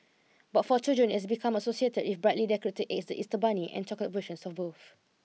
but for children it has become associated with brightly decorated eggs the Easter bunny and chocolate versions of both